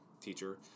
teacher